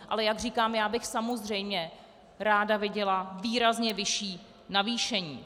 Ale jak říkám, já bych samozřejmě ráda viděla výrazně vyšší navýšení.